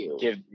give